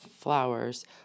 flowers